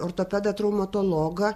ortopedą traumatologą